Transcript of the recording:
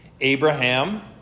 Abraham